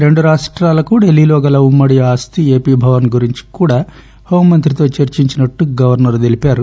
రెండు రాష్టాలకు ఢిల్లీలో గల ఉమ్మడి ఆస్తి ఏపి భవన్ గురించి కూడా హోంమంత్రితో చర్సించినట్టు గవర్నర్ చెప్పారు